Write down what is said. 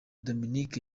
dominic